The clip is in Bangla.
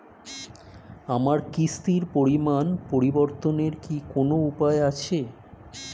আমার কিস্তির পরিমাণ পরিবর্তনের কি কোনো উপায় আছে?